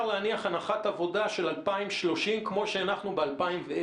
להניח הנחת עבודה של 2030 כמו שהנחנו ב-2010,